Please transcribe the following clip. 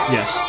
Yes